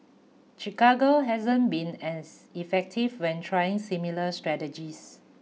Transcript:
Chicago hasn't been as effective when trying similar strategies